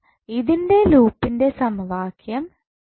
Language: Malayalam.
ഇതിൻ്റെ ലൂപ്പ്ൻ്റെ സമവാക്യം എഴുതി